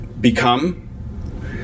become